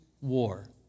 war